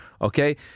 okay